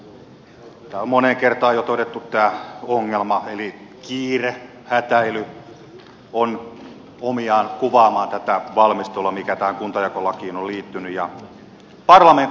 tämä on moneen kertaan jo todettu tämä ongelma eli kiire hätäily mikä tähän kuntajakolakiin on liittynyt on omiaan kuvaamaan tätä valmisteilla mikäpä kuntajakolaki on liiton ja valmistelua